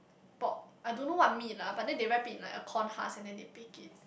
pork I don't know what meat lah but then they wrapped it in like a corn husk and then they baked it